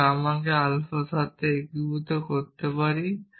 আমি গামাকে আলফার সাথে একীভূত করতে পারি